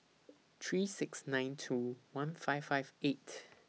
three six nine two one five five eight